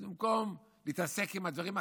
אז במקום להתעסק בדברים החשובים,